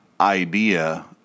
idea